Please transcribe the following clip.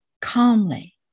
calmly